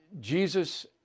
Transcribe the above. Jesus